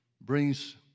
brings